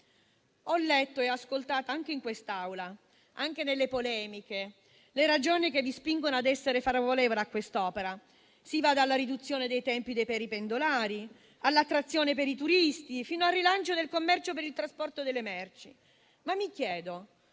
Ho letto e ascoltato anche in quest'Aula, anche nelle polemiche, le ragioni che vi spingono ad essere favorevoli a quest'opera: si va dalla riduzione dei tempi per i pendolari, all'attrazione per i turisti, fino al rilancio del commercio per il trasporto delle merci. Mi chiedo